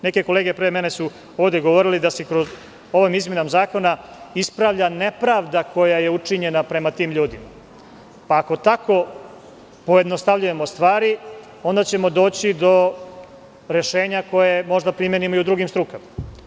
Neke kolege pre mene su ovde govorile da se ovom izmenom zakona ispravlja nepravda koja je učinjena prema tim ljudima, pa ako tako pojednostavljujemo stvari, onda ćemo doći do rešenja koje možemo da primenimo i u drugim strukama.